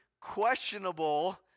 questionable